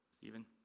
Stephen